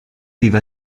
vive